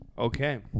Okay